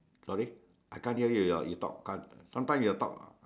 sorry I can't hear you your you talk sometime your talk